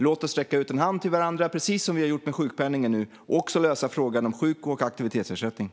Låt oss räcka ut en hand till varandra precis som vi nu har gjort med sjukpenningen och lösa också frågan om sjuk och aktivitetsersättningen.